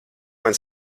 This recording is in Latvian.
man